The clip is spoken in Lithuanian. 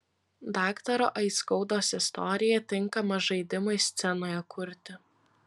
daktaro aiskaudos istorija tinkama žaidimui scenoje kurti